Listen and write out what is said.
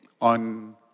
on